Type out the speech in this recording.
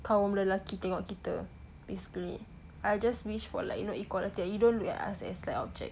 kaum lelaki tengok kita basically I just wish for like you know equality you don't look at us as like object